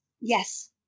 Yes